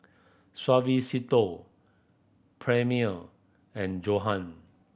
Suavecito Premier and Johan